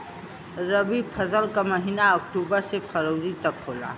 रवी फसल क महिना अक्टूबर से फरवरी तक होला